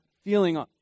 feeling